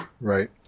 right